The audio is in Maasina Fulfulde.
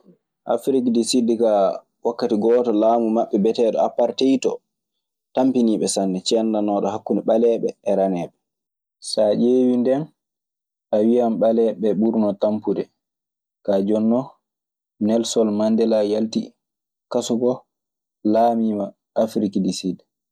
Afirike du sud ka wakati go'oto lamu maɓe bieteɗo aparteyte o, tampiniɓe sane cendanoɓe ɓalebe e raneeɓe. So a ƴeewii nen a wiyan ɓaleeɓe ɓee ɓurnoo tampude, kaa jooni non Nelson Mandela yalti kaso koo, laamiima Afrik di Siid.